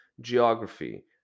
geography